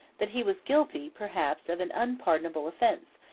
that he was guilty, perhaps, of an unpardonable offence,